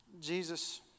Jesus